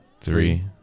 Three